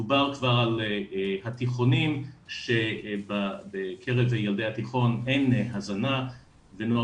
דובר כבר על התיכונים שבקרב ילדי התיכון אין הזנה ונוער